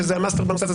שהוא מסטר בנושא הזה,